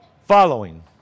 following